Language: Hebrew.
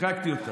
שיחקתי אותה.